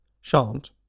Shant